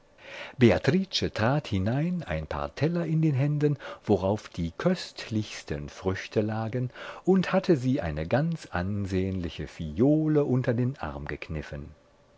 beatrice trat hinein ein paar teller in den händen worauf die köstlichsten früchte lagen auch hatte sie eine ganz ansehnliche phiole unter den arm gekniffen